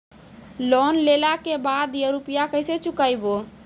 Loan लेला के बाद या रुपिया केसे चुकायाबो?